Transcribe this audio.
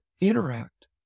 interact